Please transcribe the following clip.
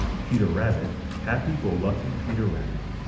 peter rabbit, happy-go-lucky peter rabbit,